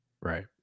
Right